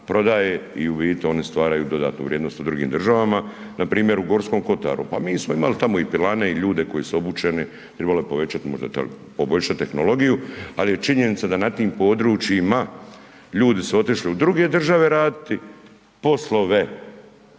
i u biti oni stvaraju dodatnu vrijednost u drugim državama. Npr. u G. kotaru, pa mi smo imali tamo i pilane i ljude koji su obučeni, trebalo bi možda poboljšati tehnologiju ali je činjenica da na tim područjima ljudi su otišli u druge države raditi poslove